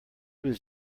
was